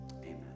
amen